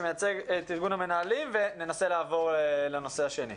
שמייצג את ארגון המנהלים וננסה לעבור לנושא השני.